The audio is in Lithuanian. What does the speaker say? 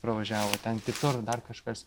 pravažiavo ten tik dar kažkas